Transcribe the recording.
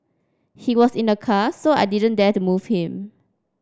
he was in a car so I didn't dare to move him